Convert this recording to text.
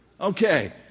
Okay